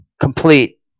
complete